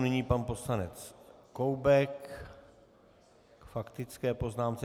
Nyní pan poslanec Koubek k faktické poznámce.